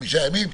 חמישה ימים,